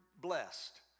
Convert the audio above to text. blessed